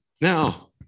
Now